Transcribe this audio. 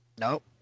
Nope